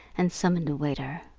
and summoned a waiter.